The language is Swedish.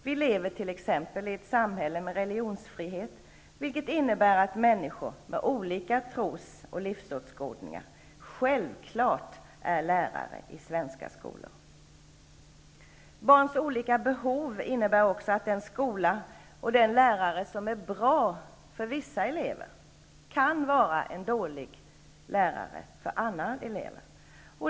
Vi lever t.ex. i ett samhälle med religionsfrihet, vilket självfallet innebär att människor med olika tro och livsåskådningar är lärare i svenska skolor. Barns olika behov innebär också att en skola och en lärare som är bra för vissa elever kan vara dålig för andra elever.